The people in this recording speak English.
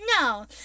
No